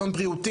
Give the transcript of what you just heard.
אסון בריאות,